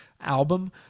album